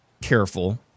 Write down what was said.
careful